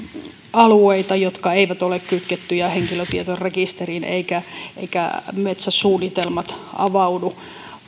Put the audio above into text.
alueita jotka eivät ole kytkettyjä henkilötietorekisteriin eivätkä eivätkä metsäsuunnitelmat avaudu